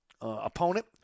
opponent